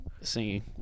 Singing